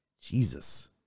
Jesus